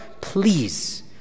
please